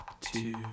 two